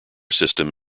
system